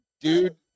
Dude